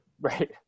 right